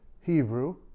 Hebrew